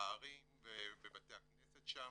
בערים ובבתי הכנסת שם.